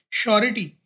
surety